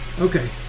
Okay